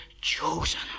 chosen